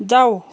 जाऊ